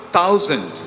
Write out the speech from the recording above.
thousand